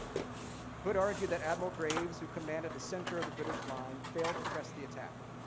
hood argued that admiral graves who commanded the center of the british line failed to press the attack.